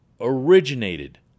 originated